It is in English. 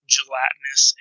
Gelatinous